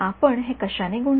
आपण हे कशाने गुणले